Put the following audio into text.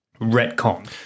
retcon